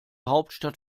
hauptstadt